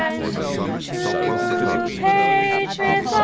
and true patriot